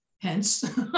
Hence